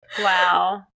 Wow